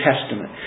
Testament